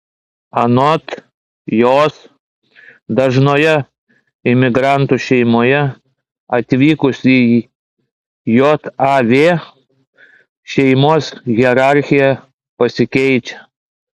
anot jos dažnoje imigrantų šeimoje atvykus į jav šeimos hierarchija pasikeičia